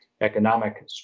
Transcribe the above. economic